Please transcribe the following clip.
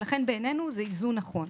ולכן בעינינו זה איזון נכון.